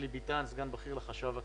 סגן בכיר לחשב הכללי.